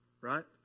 right